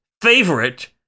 favorite